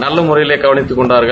நல்ல முறையில் கவனித்து கொண்டார்கள்